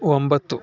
ಒಂಬತ್ತು